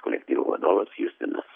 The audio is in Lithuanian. kolektyvų vadovas justinas